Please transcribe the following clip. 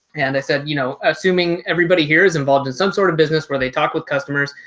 and they said, you know, assuming everybody here is involved in some sort of business where they talk with customers.